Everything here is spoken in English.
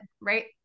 right